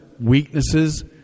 weaknesses